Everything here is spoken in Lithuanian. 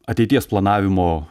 ateities planavimo